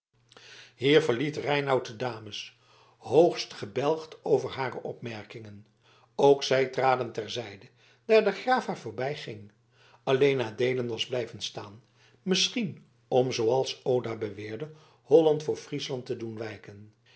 hier verliet reinout de dames hoogst gebelgd over hare opmerkingen ook zij traden ter zijde daar de graaf haar voorbijging alleen adeelen was blijven staan misschien om zooals oda beweerde holland voor friesland te doen wijken